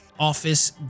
office